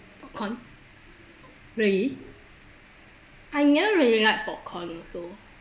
popcorn really I don't really like popcorn also